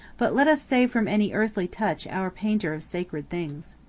but let us save from any earthly touch our painter of sacred things.